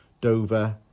Dover